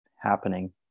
happening